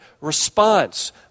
response